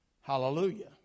Hallelujah